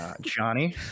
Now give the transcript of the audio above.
Johnny